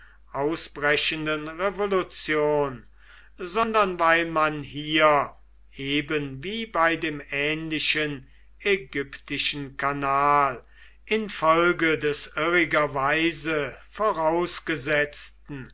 ausbrechenden revolution sondern weil man hier eben wie bei dem ähnlichen ägyptischen kanal infolge des irrigerweise vorausgesetzten